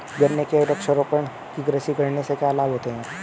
गन्ने की वृक्षारोपण कृषि करने से क्या लाभ होते हैं?